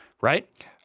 right